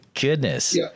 goodness